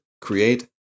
create